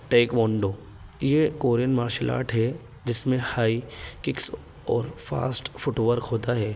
taekwondo یہ Korean martial art ہے جس میں ہائی ککس اور فاسٹ فٹ ورک ہوتا ہے